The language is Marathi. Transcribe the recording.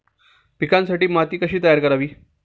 पिकांसाठी माती कशी तयार करावी?